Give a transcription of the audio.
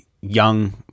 young